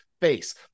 Face